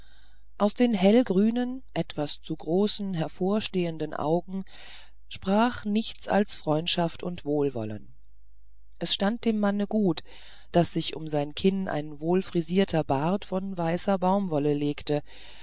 aus den hellgrünen etwas zu großen hervorstehenden augen sprach nichts als freundschaft und wohlwollen es stand dem manne gut daß sich um sein kinn ein wohlfrisierter bart von weißer baumwolle legte